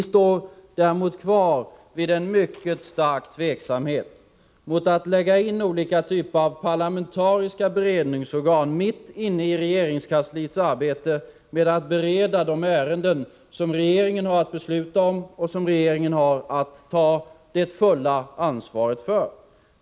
rielexport Vi däremot står kvar vid en mycket stor tveksamhet mot att lägga in olika typer av parlamentariska beredningsorgan mitt inne i regeringskansliets arbete, vilka skall bereda de ärenden som regeringen har att besluta om och som regeringen har att ta det fulla ansvaret för.